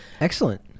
Excellent